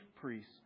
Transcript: priests